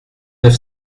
neuf